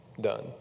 Done